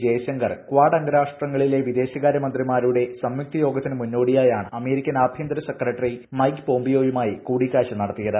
Jaishankar Quad അംഗരാഷ്ട്രങ്ങളിലെ വിദേശകാര്യ മന്ത്രിമാരുടെ സംയുക്ത യോഗത്തിനു മുന്നോടിയായാണ് അമേരിക്കൻ ആഭ്യന്തര സെക്രട്ടറി മൈക്ക് പോംപിയോയുമായി കൂടിക്കാഴ്ച നടത്തിയത്